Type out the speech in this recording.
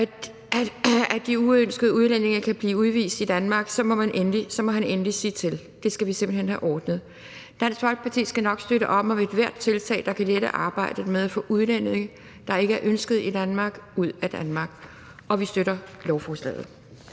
at de uønskede udlændinge kan blive udvist fra Danmark, så må han endelig sige til. Det skal vi simpelt hen have ordnet. Danske Folkeparti skal nok støtte op om ethvert tiltag, der kan lette arbejdet med at få udlændinge, der ikke er ønskede i Danmark, ud af Danmark, og vi støtter lovforslaget.